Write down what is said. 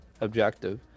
objective